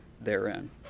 therein